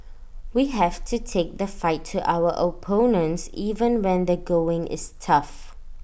we have to take the fight to our opponents even when the going is tough